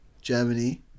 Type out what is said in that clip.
Germany